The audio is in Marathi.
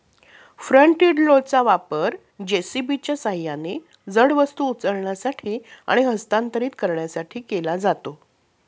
फ्रंट इंड लोडरचा वापर जे.सी.बीच्या सहाय्याने जड वस्तू उचलण्यासाठी आणि हस्तांतरित करण्यासाठी केला जातो